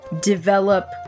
develop